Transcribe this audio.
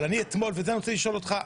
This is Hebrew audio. אני רוצה לשאול אותך.